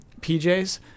PJs